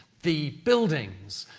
the buildings,